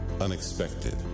unexpected